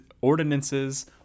ordinances